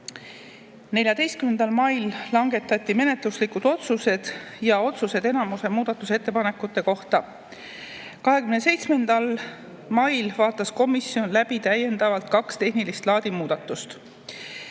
14. mail langetati menetluslikud otsused ja otsused enamiku muudatusettepanekute kohta. 27. mail vaatas komisjon läbi täiendavalt kaks tehnilist laadi muudatust.